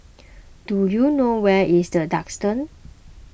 do you know where is the Duxton